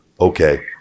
okay